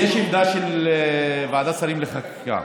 יש עמדה של ועדת השרים לחקיקה.